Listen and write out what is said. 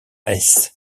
hesse